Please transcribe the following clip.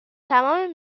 تمام